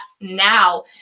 now